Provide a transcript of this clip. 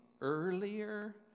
earlier